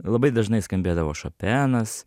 labai dažnai skambėdavo šopenas